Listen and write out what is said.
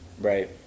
Right